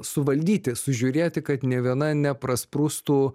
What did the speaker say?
suvaldyti sužiūrėti kad nė viena neprasprūstų